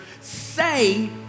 say